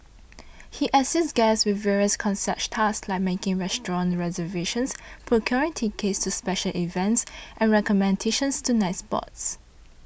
he assists guests with various concierge tasks like making restaurant reservations procuring tickets to special events and recommendations to nightspots